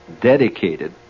dedicated